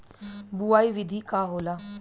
बुआई विधि का होला?